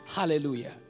Hallelujah